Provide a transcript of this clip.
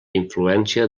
influència